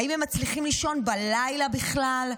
האם הם מצליחים לישון בלילה בכלל?